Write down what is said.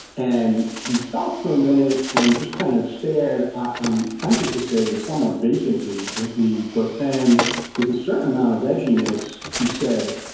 and he stopped for a minute and just kind of stared, i'm tempted to say somewhat vacantly at me, but then with a certain amount of edginess he said,